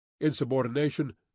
insubordination